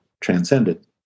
transcended